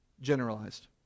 generalized